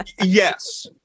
yes